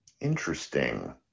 Interesting